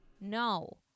No